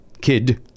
Kid